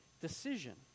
decision